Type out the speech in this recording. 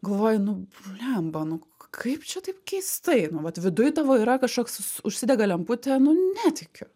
galvoji nu bliamba nu kaip čia taip keistai nu vat viduj tavo yra kažkoks užsidega lemputė nu netikiu